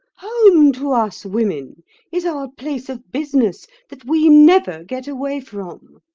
home to us women is our place of business that we never get away from.